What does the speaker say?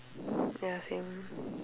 ya same